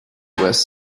west